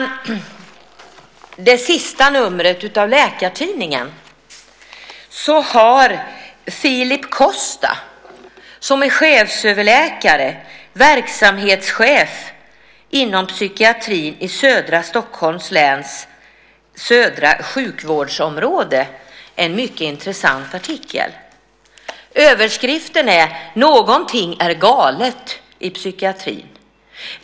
I det sista numret av Läkartidningen har Filipe Costa, som är chefsöverläkare och verksamhetschef inom Psykiatrin Södra i Stockholms läns södra sjukvårdsområde en mycket intressant artikel. Rubriken är "Någonting är galet i psykiatrin .